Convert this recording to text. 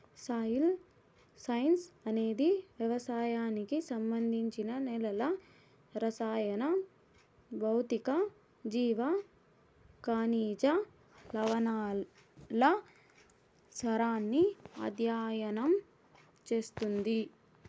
soil science అనేది వ్యవసాయానికి సంబంధించి నేలల రసాయన, భౌతిక, జీవ, ఖనిజ, లవణాల సారాన్ని అధ్యయనం చేస్తుంది